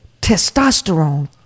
Testosterone